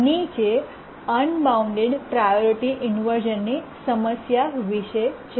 નીચે unbound priority ઇન્વર્શ઼નની સમસ્યા વિશે છે